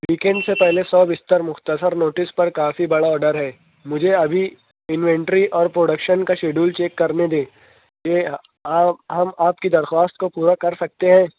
week and سے پہلے so بستر مختصر نوٹس پر کافی بڑا آرڈر ہے مجھے ابھی انوینٹری اور پروڈکشن کا شیڈیول چیک کرنے دیں کہ ہم آپ کی درخواست کو پورا کر سکتے ہیں